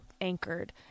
anchored